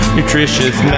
Nutritious